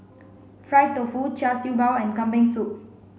fried tofu Char Siew Bao and Kambing soup